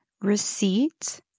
Receipt